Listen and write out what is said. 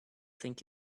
think